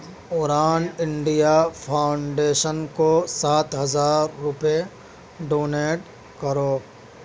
اران India foundation کو سات ہزار روپئے ڈونیٹ کرو